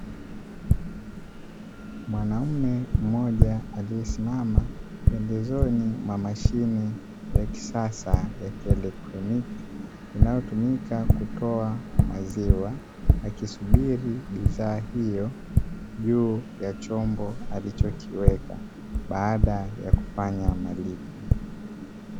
Mwanaume mmoja aliyesimama pembezoni mwa mashini ya kisasa ya kielekroniki inayotumika kutoa maziwa, akisubiri bidhaa hiyo juu ya chombo alichokiweka baada ya kufanya malipo.